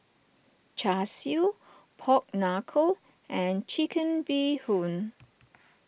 Char Siu Pork Knuckle and Chicken Bee Hoon